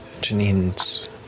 Janine's